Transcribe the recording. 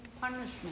punishment